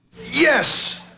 Yes